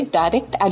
direct